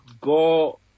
go